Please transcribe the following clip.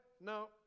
No